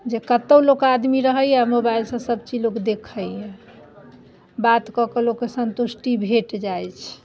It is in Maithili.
जे कतहु लोक आदमी रहैए मोबाइलसँ सबचीज लोक देखैए बात कऽ कऽ लोकके सन्तुष्टि भेटि जाइ छै